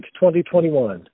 2021